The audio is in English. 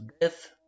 death